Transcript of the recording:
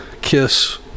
KISS